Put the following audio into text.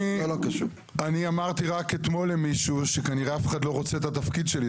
אני אמרתי רק אתמול למישהו שכנראה אף אחד לא רוצה את התפקיד שלי,